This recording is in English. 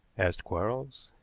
asked quarles.